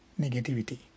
negativity